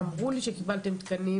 אמרו לי שקיבלתם תקנים,